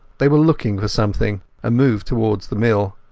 they were looking for something, and moved towards the mill.